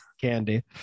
candy